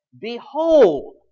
Behold